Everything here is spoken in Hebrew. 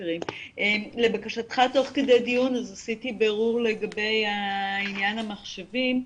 דיון לגבי עניין המחשבים.